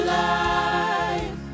life